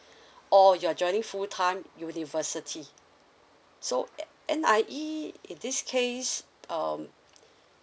or you are joining full time university so N_I_E in this case um